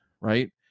right